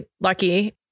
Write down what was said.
Lucky